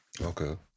Okay